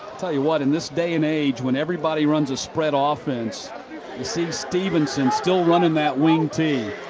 tell you what, in this day and age, when everybody runs spread ah offense, you see stephenson still running that wing t.